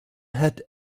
had